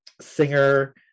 singer